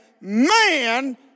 man